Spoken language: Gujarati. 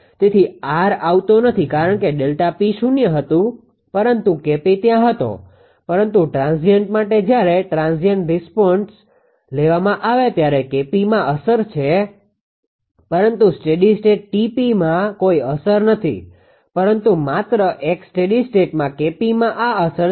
તેથી R આવતો નથી કારણ કે Δ𝑃 શૂન્ય હતું પરંતુ 𝐾𝑝 ત્યાં હતો પરંતુ ટ્રાન્ઝીએન્ટ માટે જ્યારે ટ્રાન્ઝીએન્ટ રિસ્પોન્સtransient responseક્ષણિક પ્રતિભાવ લેવામાં આવે ત્યારે 𝐾𝑝માં આ અસર હોય છે પરંતુ સ્ટેડી સ્ટેટ 𝑇𝑝માં કોઈ અસર નથી પરંતુ માત્ર એક સ્ટેડી સ્ટેટમાં 𝐾𝑝માં આ અસર છે